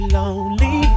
lonely